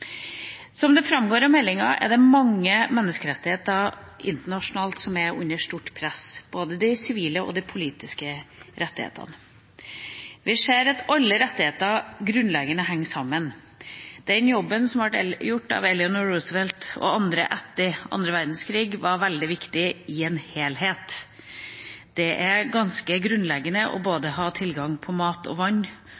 Som det framgår av meldinga, er det mange menneskerettigheter internasjonalt som er under stort press, både de sivile og de politiske rettighetene. Vi ser at alle grunnleggende rettigheter henger sammen. Den jobben som ble gjort av Eleanor Roosevelt og andre etter annen verdenskrig, var veldig viktig, ut fra en helhet. Det er ganske grunnleggende å ha tilgang på både mat, vann og